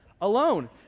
alone